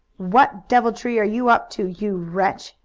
what deviltry are you up to, you wretch?